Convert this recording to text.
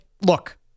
look